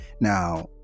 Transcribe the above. now